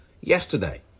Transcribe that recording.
Yesterday